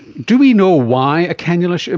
do we know why a cannula, so